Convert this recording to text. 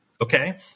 Okay